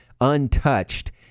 untouched